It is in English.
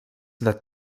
that